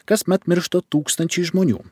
kasmet miršta tūkstančiai žmonių